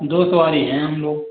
दो सवारी है हम लोग